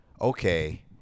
okay